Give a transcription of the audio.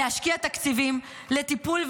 להשקיע תקציבים לטיפול,